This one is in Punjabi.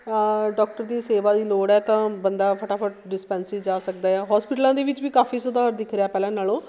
ਡੋਕਟਰ ਦੀ ਸੇਵਾ ਦੀ ਲੋੜ ਹੈ ਤਾਂ ਬੰਦਾ ਫਟਾਫਟ ਡਿਸਪੈਂਸਰੀ ਜਾ ਸਕਦਾ ਆ ਹੋਸਪਿਟਲਾਂ ਦੇ ਵਿੱਚ ਵੀ ਕਾਫੀ ਸੁਧਾਰ ਦਿਖ ਰਿਹਾ ਪਹਿਲਾਂ ਨਾਲੋਂ